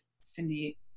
Cindy